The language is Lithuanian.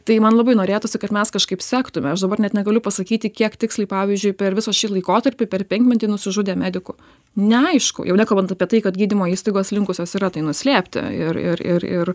tai man labai norėtųsi kad mes kažkaip sektume aš dabar net negaliu pasakyti kiek tiksliai pavyzdžiui per visą šį laikotarpį per penkmetį nusižudė medikų neaišku jau nekalbant apie tai kad gydymo įstaigos linkusios yra tai nuslėpti ir ir ir ir